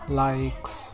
likes